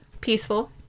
Peaceful